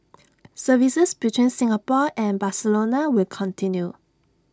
services between Singapore and Barcelona will continue